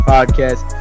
Podcast